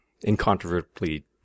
incontrovertibly